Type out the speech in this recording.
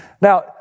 Now